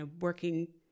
working